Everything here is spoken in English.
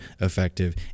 effective